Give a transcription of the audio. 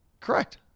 Correct